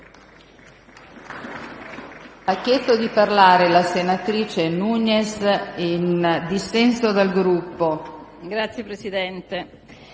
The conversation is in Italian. Grazie Presidente,